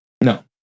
No